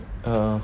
uh